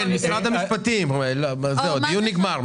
הדיון נגמר.